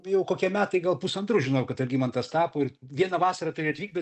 jau kokie metai gal pusantrų žinojau kad algimantas tapo ir vieną vasarą turi atvykt bet